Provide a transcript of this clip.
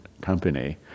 company